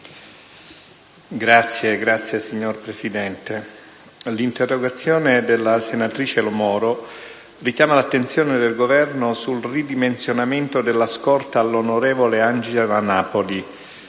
dell'interno*. Signora Presidente, l'interrogazione della senatrice Lo Moro richiama l'attenzione del Governo sul ridimensionamento della scorta all'onorevole Angela Napoli,